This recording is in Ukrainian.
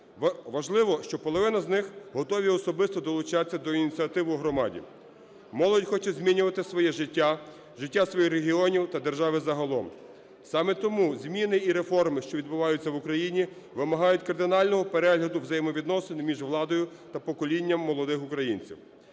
Важливо, що половина з них готові особисто долучатися до ініціатив у громаді. Молодь хоче змінювати своє життя, життя своїх регіонів та держави загалом. Саме тому зміни і реформи, що відбуваються в Україні, вимагають кардинального перегляду взаємовідносин між владою та поколінням молодих українців.